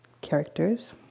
characters